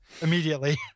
immediately